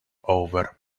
over